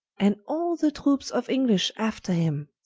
and all the troupes of english after him.